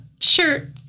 shirt